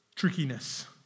Trickiness